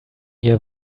here